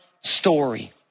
story